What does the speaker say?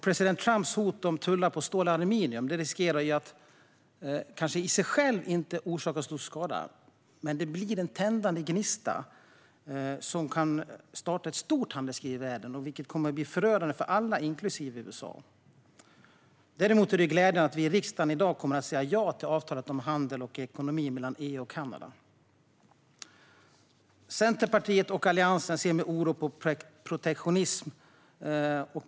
President Trumps hot om tullar på stål och aluminium kanske inte riskerar att i sig självt orsaka så stor skada, men det blir en tändande gnista som kan starta ett stort handelskrig i världen. Det vore förödande för alla, inklusive USA. Däremot är det glädjande att vi i riksdagen i dag kommer att säga ja till avtalet om handel och ekonomi mellan EU och Kanada. Centerpartiet och Alliansen ser med oro på protektionism.